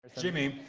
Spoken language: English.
jimmy,